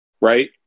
right